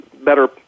better